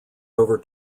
over